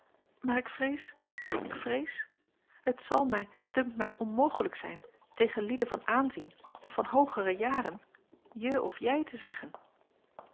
maar ik vrees ik vrees het zal mij dunkt mij onmogelijk zijn tegen lieden van aanzien of van hoogere jaren je of jij te zeggen